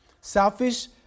selfish